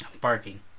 Barking